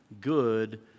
good